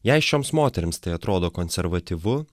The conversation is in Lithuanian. jei šioms moterims tai atrodo konservatyvu